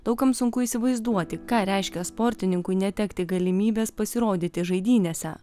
daug kam sunku įsivaizduoti ką reiškia sportininkui netekti galimybės pasirodyti žaidynėse